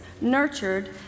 nurtured